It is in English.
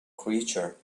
creature